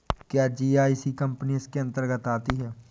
क्या GIC company इसके अन्तर्गत आती है?